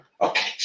Okay